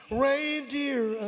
reindeer